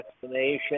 destination